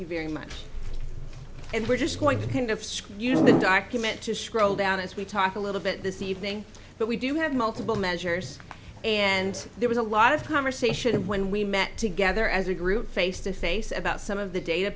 you very much and we're just going to kind of screw you know the document to scroll down as we talk a little bit this evening but we do have multiple measures and there was a lot of conversation when we met together as a group face to face about some of the data